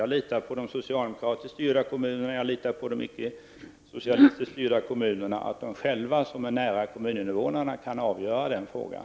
Jag litar både på de socialdemokratiskt styrda kommunerna och på de icke socialdemokratiskt styrda kommunerna och tror att de politiker som är nära kommuninvånarna själva kan avgöra frågan.